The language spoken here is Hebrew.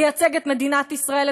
לייצג את מדינת ישראל,